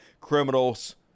criminals